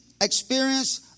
experience